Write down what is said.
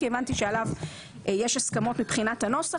כי הבנתי שעליו יש הסכמות מבחינת הנוסח,